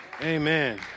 Amen